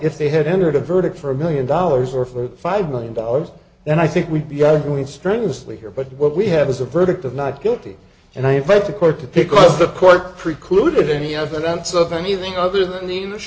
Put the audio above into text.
if they had entered a verdict for a million dollars or for five million dollars then i think we'd be arguing strenuously here but what we have is a verdict of not guilty and i expect the court to pick up the court precluded any evidence of anything other than e